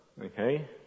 okay